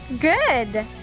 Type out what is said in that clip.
Good